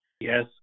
Yes